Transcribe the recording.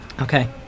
Okay